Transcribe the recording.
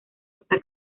costa